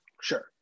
sure